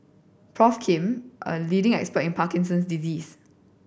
Prof Kim a leading expert in Parkinson's disease